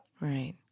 Right